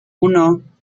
uno